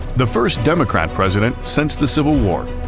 the first democrat president since the civil war,